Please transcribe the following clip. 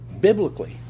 biblically